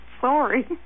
Sorry